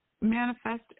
manifest